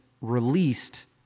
released